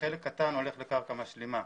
חלק קטן הולך לקרקע משלימה.